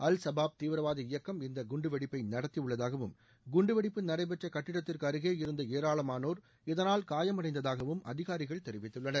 அல் Shabaab தீவிரவாத இயக்கம் இந்த குண்டுவெடிப்பை நடத்தியுள்ளதாகவும் குண்டுவெடிப்பு நடைபெற்ற கட்டிடத்திற்கு அருகே இருந்த ஏராளமானோர் இதனால் காயமடைந்ததாகவும் அதிகாரிகள் தெரிவித்துள்ளனர்